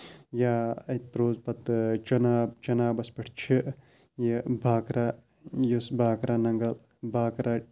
یا اَتہِ روز پَتہٕ چِناب چِنابَس پیٚٹھ چھِ یہِ باکرا یُس باکرٕ نَگل باکرا